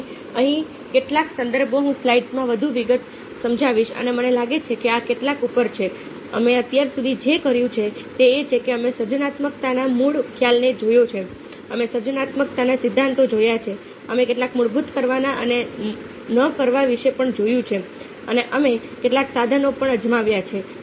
તેથી અહીં કેટલાક સંદર્ભો હું સ્લાઇડ્સમાં વધુ વિગત સમજાવીશ અને મને લાગે છે કે આ કેટલાક ઉપર છે અમે અત્યાર સુધી જે કર્યું છે તે એ છે કે અમે સર્જનાત્મકતાના મૂળ ખ્યાલને જોયો છે અમે સર્જનાત્મકતાના સિદ્ધાંતો જોયા છે અમે કેટલાક મૂળભૂત કરવા અને ન કરવા વિશે પણ જોયું છે અને અમે કેટલાક સાધનો પણ અજમાવ્યા છે